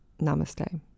Namaste